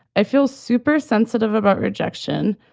i feel super sensitive about rejection.